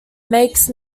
makes